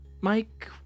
Mike